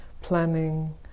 planning